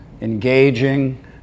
engaging